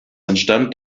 entstand